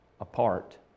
apart